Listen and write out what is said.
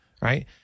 right